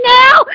now